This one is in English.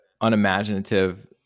unimaginative